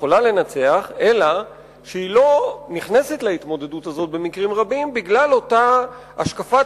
אלא שהיא לא נכנסת להתמודדות הזאת במקרים רבים בגלל אותה השקפת